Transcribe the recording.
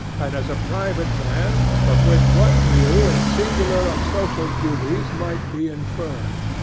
and as a private man from which what new and singular of social duties might be inferred?